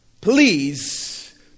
Please